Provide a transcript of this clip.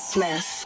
Smith